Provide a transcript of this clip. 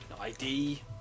ID